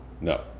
No